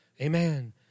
Amen